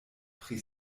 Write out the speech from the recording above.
pri